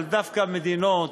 אבל דווקא מדינות